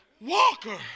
walker